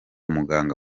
muganga